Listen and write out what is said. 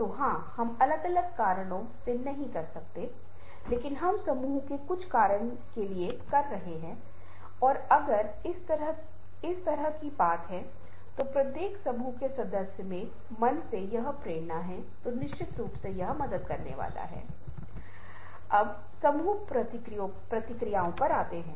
अब यदि आप इस विशेष क्लिप को देख रहे हैं जिसे मैंने अभी आपके साथ साझा किया है मुझे उम्मीद है कि यह बहुत ही शक्तिशाली प्रभाव डालता है और फ्लेक्स के साथ शुरू करने के लिए विभिन्न प्रकार के एनिमेशन सॉफ्टवेयर के साथ एक कर सकता है